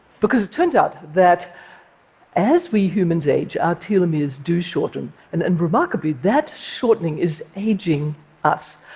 because it turns out that as we humans age, our telomeres do shorten, and and remarkably, that shortening is aging us.